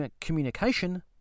communication